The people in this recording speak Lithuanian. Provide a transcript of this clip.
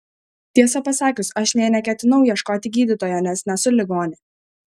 tiesą pasakius aš nė neketinau ieškoti gydytojo nes nesu ligonė